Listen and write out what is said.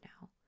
now